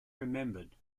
remembered